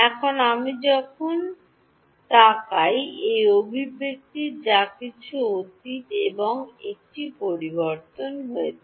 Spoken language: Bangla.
এখন আমি যখন তাকান এই অভিব্যক্তিতে যা কিছু অতীত এবং একটি পরিবর্তন হয়েছে